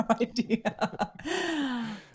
idea